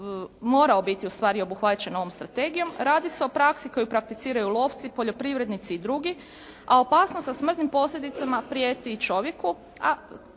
morao biti obuhvaćen ovom strategijom, radi se o praksi koju prakticiraju lovci, poljoprivrednici i drugi a opasnost sa smrtnim posljedicama prijeti i čovjeku